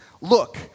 look